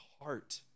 heart